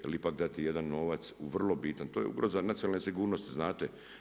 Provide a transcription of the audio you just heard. Jer ipak dati jedan novac u vrlo bitan, to je ugroza nacionalne sigurnosti, znate.